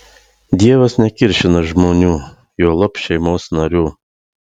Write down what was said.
dievas nekiršina žmonių juolab šeimos narių